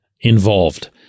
involved